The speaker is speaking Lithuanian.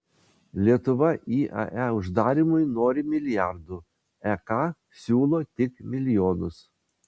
lietuva iae uždarymui nori milijardų ek siūlo tik milijonus